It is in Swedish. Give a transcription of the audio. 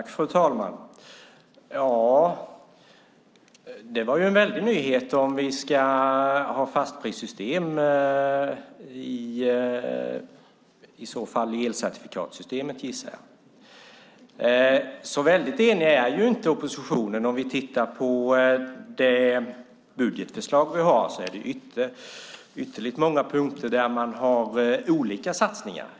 Fru talman! Det var en stor nyhet att vi ska pröva ett fastprissystem i elcertifikatsystemet. Oppositionen är ju inte så särskilt enig. Om vi tittar på budgetförslaget har man olika satsningar på ytterst många punkter.